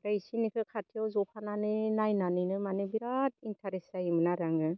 ओमफ्राय बेसोरनिखौ खाथियाव ज'फानानै नायनानैनो माने बिराद इन्ट्रेस्ट जायोमोन आरो आङो